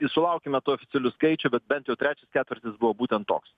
sulaukime tų oficialių skaičių bet bent jau trečias ketvirtis buvo būtent toks